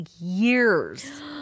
years